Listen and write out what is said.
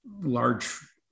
large